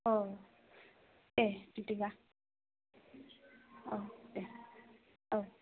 अ दे बिदिबा औ दे औ